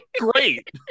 Great